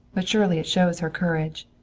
but surely it shows her courage.